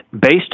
based